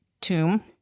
tomb